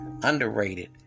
Underrated